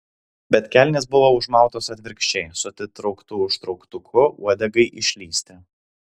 bet kelnės buvo užmautos atvirkščiai su atitrauktu užtrauktuku uodegai išlįsti